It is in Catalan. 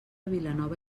vilanova